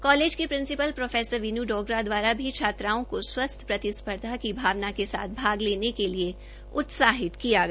college की principal प्रो विन् डोगरा द्वारा भावना के स्वस्थ प्रतिस्वर्धा की भावना के साथ के साथ भाग लेने के लिए उत्साहित किया गया